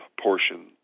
portion